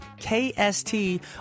KST